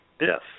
Yes